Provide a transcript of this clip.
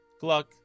Gluck